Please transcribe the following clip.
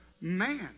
man